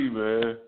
man